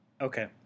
Okay